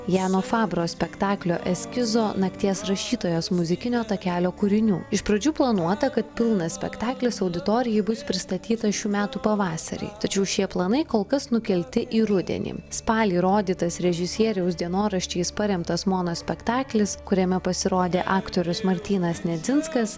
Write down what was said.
jano fabro spektaklio eskizo nakties rašytojas muzikinio takelio kūrinių iš pradžių planuota kad pilnas spektaklis auditorijai bus pristatytas šių metų pavasarį tačiau šie planai kol kas nukelti į rudenį spalį rodytas režisieriaus dienoraščiais paremtas monospektaklis kuriame pasirodė aktorius martynas nedzinskas